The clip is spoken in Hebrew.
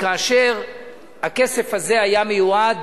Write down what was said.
כאשר הכסף הזה היה מיועד